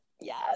Yes